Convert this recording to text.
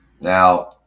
now